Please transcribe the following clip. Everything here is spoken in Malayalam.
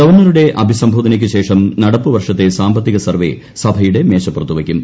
ഗവർണറുടെ അഭിസംബോധനയ്ക്ക് ശേഷം നടപ്പു വർഷത്തെ സാമ്പത്തിക സർവേ സഭയുടെ മേശപ്പുറത്ത് വയ്ക്കും